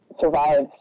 survived